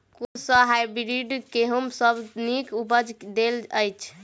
कुन सँ हायब्रिडस गेंहूँ सब सँ नीक उपज देय अछि?